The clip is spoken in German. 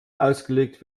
ausgelegt